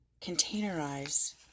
containerize